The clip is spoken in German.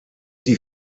die